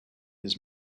his